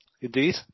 Indeed